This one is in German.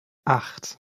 acht